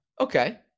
Okay